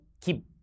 keep